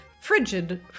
frigid